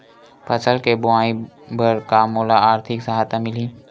फसल के बोआई बर का मोला आर्थिक सहायता मिलही?